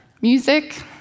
music